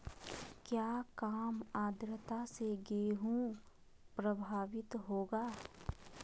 क्या काम आद्रता से गेहु प्रभाभीत होगा?